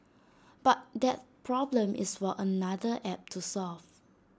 but that problem is for another app to solve